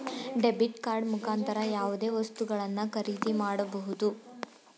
debit card ಮುಖಾಂತರ ಯಾವುದೇ ವಸ್ತುಗಳನ್ನು ಖರೀದಿ ಮಾಡಬಹುದು